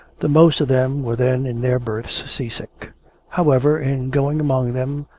the most of them were then in their berths sea-sick however, in going among them,